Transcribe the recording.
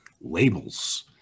labels